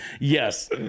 Yes